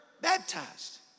baptized